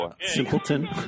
Simpleton